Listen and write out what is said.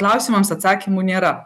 klausimams atsakymų nėra